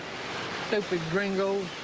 stupid gringos.